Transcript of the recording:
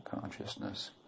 consciousness